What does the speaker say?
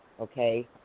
okay